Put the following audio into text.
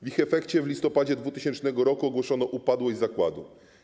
W ich efekcie w listopadzie 2000 r. ogłoszono upadłość zakładu.